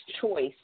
choice